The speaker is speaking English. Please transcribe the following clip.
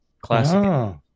Classic